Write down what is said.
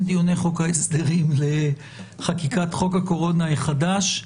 דיוני חוק ההסדרים לחקיקת חוק הקורונה החדש.